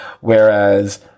Whereas